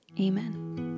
Amen